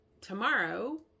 tomorrow